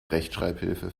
rechtschreibhilfe